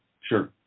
sure